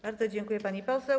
Bardzo dziękuję, pani poseł.